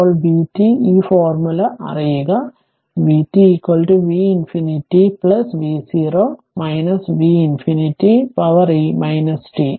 ഇപ്പോൾ vt ഈ formula അറിയുക vt v ∞ vt v ∞ v0 v ∞ e to power t